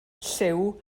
lliw